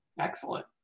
Excellent